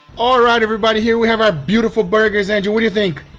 alright everybody here we have our beautiful burgers angel. what do you think?